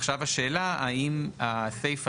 עכשיו השאלה האם הסיפה,